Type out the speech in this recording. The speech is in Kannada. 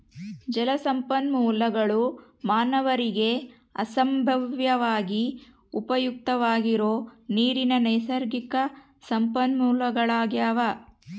ಜಲಸಂಪನ್ಮೂಲಗುಳು ಮಾನವರಿಗೆ ಸಂಭಾವ್ಯವಾಗಿ ಉಪಯುಕ್ತವಾಗಿರೋ ನೀರಿನ ನೈಸರ್ಗಿಕ ಸಂಪನ್ಮೂಲಗಳಾಗ್ಯವ